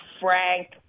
Frank